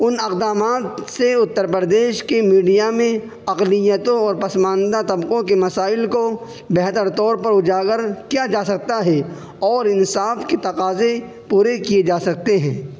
ان اقدامات سے اتر پردیش کی میڈیا میں اقلیتیوں اور پسماندہ طقبوں کے مسائل کو بہتر طور پر اجاگر کیا جا سکتا ہے اور انصاف کے تقاضے پورے کئے جا سکتے ہیں